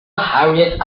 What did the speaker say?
harriet